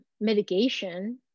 mitigation